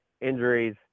injuries